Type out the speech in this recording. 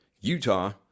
Utah